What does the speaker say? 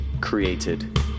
created